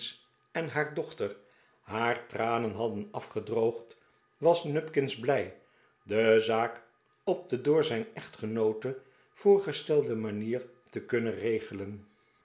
en haar dochter haar tranen hadden afgedroogd was nupkins blij de zaak op de door zijn echtgenoote voorgestelde manier te kunnen regelen